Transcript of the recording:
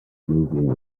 moving